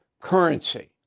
currency